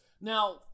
Now